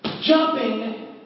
jumping